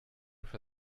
for